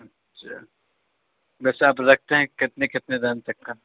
اچھا ویسے آپ رکھتے ہیں کتنے کتنے دام تک کا